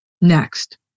next